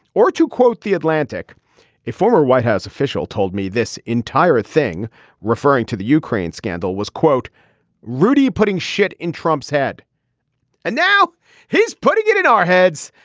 or to quote the atlantic a former white house official told me this entire thing referring to the ukraine scandal was quote rudy putting shit in trump's head and now he's putting it in our heads.